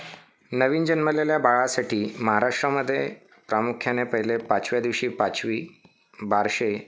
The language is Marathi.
नवीन जन्मलेल्या बाळासाठी महाराष्ट्रामध्ये प्रामुख्याने पहिले पाचव्या दिवशी पाचवी बारसे